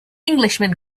englishman